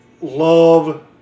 love